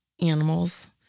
animals